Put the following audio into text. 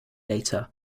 later